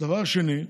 דבר שני,